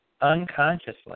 unconsciously